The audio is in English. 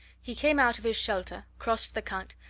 he came out of his shelter, crossed the cut,